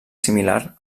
similar